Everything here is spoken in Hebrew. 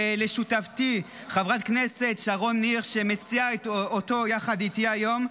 ולשותפתי חברת הכנסת שרון ניר שמציעה אותו יחד איתי היום,